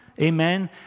Amen